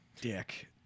Dick